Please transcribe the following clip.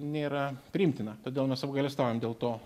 nėra priimtina todėl mes apgailestaujam dėl to